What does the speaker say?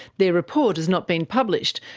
their report has not been published,